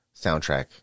soundtrack